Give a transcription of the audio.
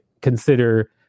consider